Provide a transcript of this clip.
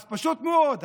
פשוט מאוד,